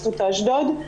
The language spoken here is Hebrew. אסותא אשדוד,